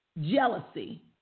jealousy